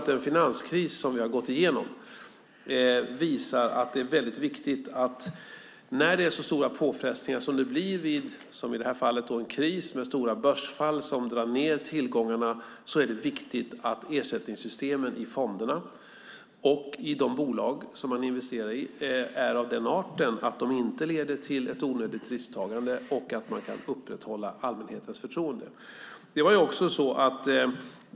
Den finanskris som vi har gått igenom visar att när det är så stora påfrestningar, som i detta fall med stora börsfall som drar ned tillgångarna, är det viktigt att ersättningssystemen i fonderna och i de bolag man investerar i är av den arten att de inte leder till ett onödigt risktagande och att man kan upprätthålla allmänhetens förtroende.